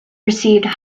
received